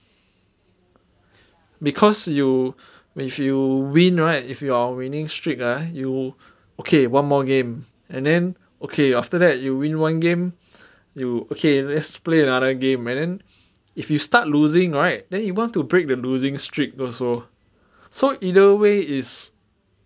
because you if you win right if you're on winning streak ah you okay one more game and then okay after that you win one game you okay let's play another game and then if you start losing right then you want to break the losing streak also so either way is